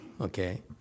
okay